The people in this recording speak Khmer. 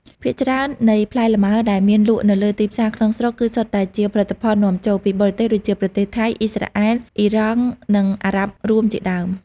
ភាគច្រើននៃផ្លែលម៉ើដែលមានលក់នៅលើទីផ្សារក្នុងស្រុក គឺសុទ្ធតែជា ផលិតផលនាំចូល ពីបរទេស ដូចជាប្រទេសថៃ អុីស្រាអែល អុីរ៉ង់ និងអារ៉ាប់រួមជាដើម។